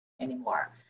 anymore